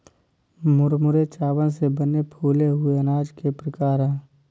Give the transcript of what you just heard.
मुरमुरे चावल से बने फूले हुए अनाज के प्रकार है